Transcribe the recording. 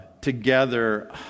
together